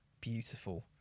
beautiful